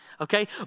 okay